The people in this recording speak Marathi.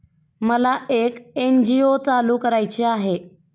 मला एक एन.जी.ओ चालू करायची आहे